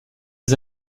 des